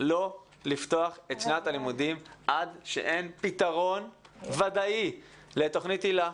לא לפתוח את שנת הלימודים עד שאין פתרון ודאי לתוכנית היל"ה,